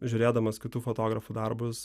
žiūrėdamas kitų fotografų darbus